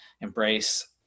embrace